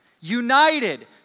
united